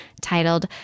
titled